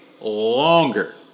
longer